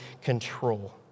control